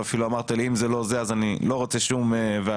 ואפילו אמרת לי אם זה לא זה אני לא רוצה שום ועדה,